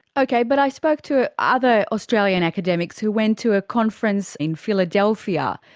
okay, but i spoke to ah other australian academics who went to a conference in philadelphia,